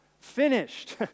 finished